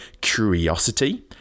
curiosity